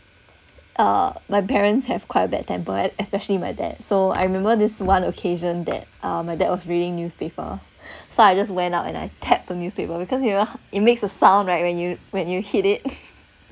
uh my parents have quite bad temper especially my dad so I remember this one occasion that my dad was reading newspaper so I just went out and I tap the newspaper because you know it makes a sound right when you when you hit it